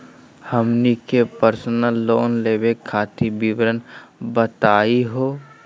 हमनी के personal loan लेवे खातीर विवरण बताही हो?